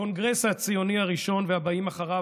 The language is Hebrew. הקונגרס הציוני הראשון והבאים אחריו,